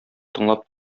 тыңлап